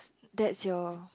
that's your